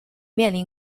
面临